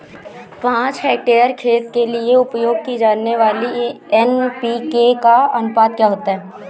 पाँच हेक्टेयर खेत के लिए उपयोग की जाने वाली एन.पी.के का अनुपात क्या होता है?